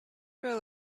rule